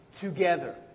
together